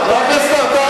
מה עם שיטת הבחירות?